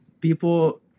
People